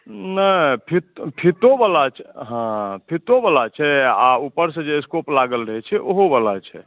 नहि फ़ीतोवला छै आ ऊपरसँ जे स्कूप लागल रहैत छै ओहोवला छै